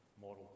model